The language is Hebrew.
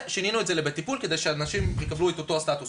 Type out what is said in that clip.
שינינו את זה ל"בטיפול" כדי שאנשים יקבלו אותו סטטוס.